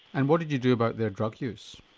and what did you do about their drug use?